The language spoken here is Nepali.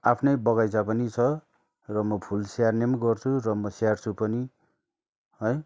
आफ्नै बगैँचा पनि छ र मो फुल स्याहार्ने पनि गर्छु र स्याहार्छु पनि है